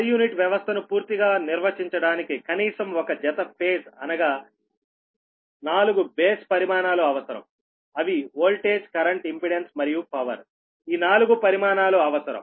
per unit వ్యవస్థను పూర్తిగా నిర్వచించడానికి కనీసం ఒక జత ఫేజ్ అనగా 4 బేస్ పరిమాణాలు అవసరం అవి ఓల్టేజ్ కరెంట్ ఇంపెడెన్స్ మరియు పవర్ ఈ నాలుగు పరిమాణాలు అవసరం